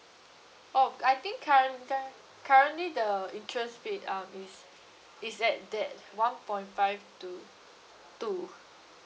oh c~ I think current~ current~ currently the interest rate um is is at that one point five to two